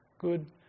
good